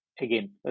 again